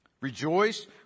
Rejoice